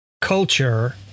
culture